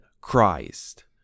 Christ